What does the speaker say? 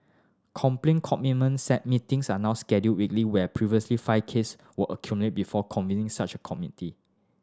complaint meetings are now scheduled weekly where previously five case were accumulated before convening such a committee